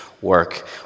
work